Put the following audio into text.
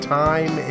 time